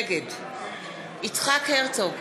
נגד יצחק הרצוג,